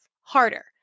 harder